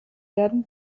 werden